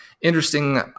Interesting